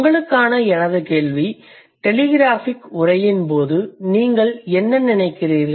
உங்களுக்கான எனது கேள்வி டெலிகிராஃபிக் உரையின்போது நீங்கள் என்ன நினைக்கிறீர்கள்